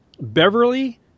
Beverly